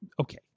okay